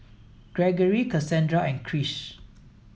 Gregory Casandra and Krish